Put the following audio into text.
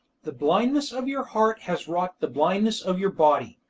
the blindness of your heart has wrought the blindness of your body.